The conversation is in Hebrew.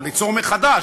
או ליצור מחדש,